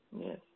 Yes